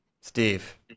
Steve